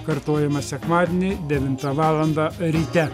kartojama sekmadienį devintą valandą ryte